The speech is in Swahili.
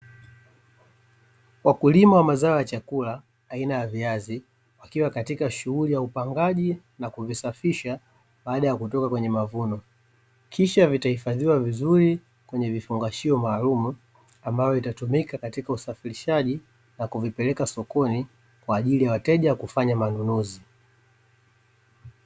Wakulima wa mazao ya chakula, aina ya viazi wakiwa katika shughuli ya upangaji na kuvisafisha baada ya kutoka kwenye mavuno, kisha vitahifadhiwa vizuri kwenye vifungashio maalumu, ambavyo vitatumika katika usafirishaji na kuvipeleka sokoni kwaajili ya wateja kufanya manunuzi.